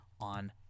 on